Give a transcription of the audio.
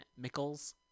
Mickles